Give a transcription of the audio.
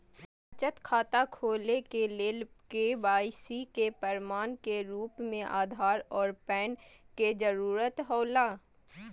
बचत खाता खोले के लेल के.वाइ.सी के प्रमाण के रूप में आधार और पैन कार्ड के जरूरत हौला